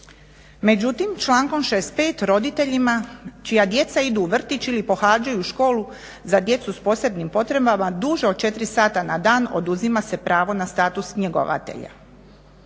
međutim člankom 65. roditeljima čija djeca idu u vrtić ili pohađaju školu za djecu s posebnim potrebama duže od 4 sata na dan oduzima se pravo na status njegovatelja.